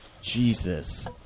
Jesus